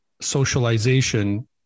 socialization